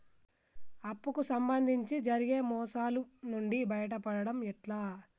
అప్పు కు సంబంధించి జరిగే మోసాలు నుండి బయటపడడం ఎట్లా?